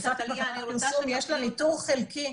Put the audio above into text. למשרד הפרסים יש ניטור חלקי.